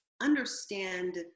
understand